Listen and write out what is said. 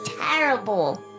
terrible